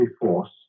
force